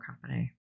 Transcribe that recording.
company